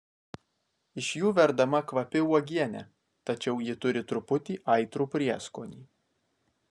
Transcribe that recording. iš jų verdama kvapi uogienė tačiau ji turi truputį aitrų prieskonį